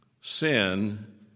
sin